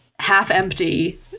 half-empty